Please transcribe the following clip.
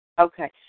Okay